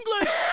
English